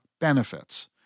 benefits